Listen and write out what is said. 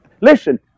listen